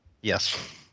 Yes